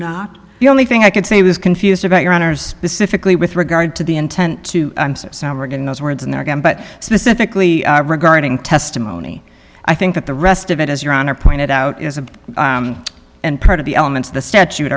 not the only thing i could say was confused about your honor specifically with regard to the intent to samberg and those words in there again but specifically regarding testimony i think that the rest of it as your honor pointed out is a and part of the elements of the statute